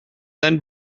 then